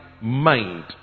mind